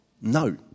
No